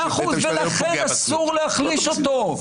לכן אסור להחליש אותו.